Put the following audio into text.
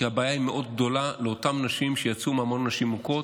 כי הבעיה היא מאוד גדולה לאותן נשים שיצאו מהמעון לנשים מוכות,